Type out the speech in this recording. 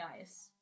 ice